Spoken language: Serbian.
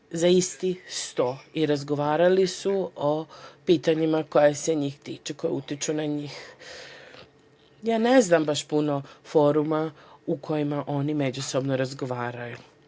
za isti sto i razgovarali su o pitanjima koja se njih tiču, koja utiču na njih. Ne znam baš puno foruma u kojima oni međusobno razgovaraju.